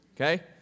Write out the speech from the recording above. Okay